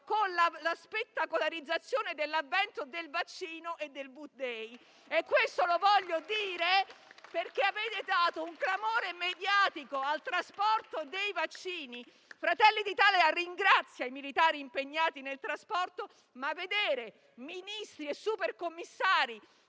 con la spettacolarizzazione dell'avvento del vaccino e del V*-*day. Questo lo voglio dire perché avete dato un clamore mediatico alla consegna dei vaccini. Fratelli d'Italia ringrazia i militari impegnati nel trasporto, ma vedere Ministri e supercommissari